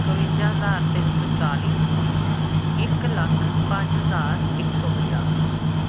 ਇੱਕਵੰਜਾ ਹਜ਼ਾਰ ਤਿੰਨ ਸੌ ਚਾਲੀ ਇੱਕ ਲੱਖ ਪੰਜ ਹਜ਼ਾਰ ਇੱਕ ਸੌ ਪੰਜਾਹ